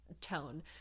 tone